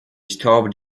stopped